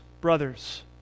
brothers